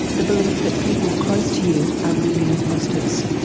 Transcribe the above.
the belief that people close to you are really imposters.